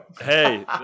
Hey